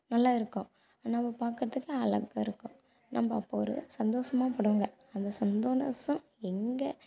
நல்லா இருக்கும் நம்ப பார்க்குறதுக்கு அழகா இருக்கும் நம்ப அப்போது ஒரு சந்தோசமாக படுவாங்க அந்த சந்தோனசம் எங்கே